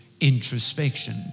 introspection